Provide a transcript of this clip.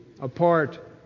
apart